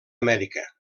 amèrica